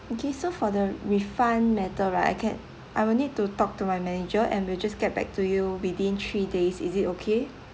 okay so for the refund matter right I can I will need to talk to my manager and we'll just get back to you within three days is it okay